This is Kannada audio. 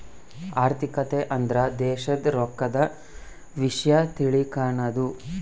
ಆರ್ಥಿಕತೆ ಅಂದ್ರ ದೇಶದ್ ರೊಕ್ಕದ ವಿಷ್ಯ ತಿಳಕನದು